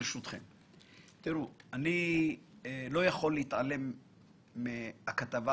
תראו, אני לא יכול להתעלם מהכתבה